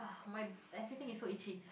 my everything is so itchy